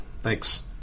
Thanks